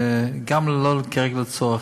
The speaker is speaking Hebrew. וגם לא קיים כרגע הצורך.